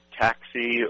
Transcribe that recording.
Taxi